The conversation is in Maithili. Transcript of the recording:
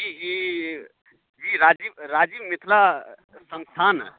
जी जी जी राजीव राजीव मिथिला संस्थान